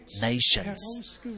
nations